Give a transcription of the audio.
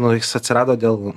nu jis atsirado dėl